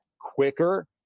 quicker